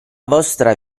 vostra